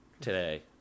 today